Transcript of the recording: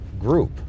group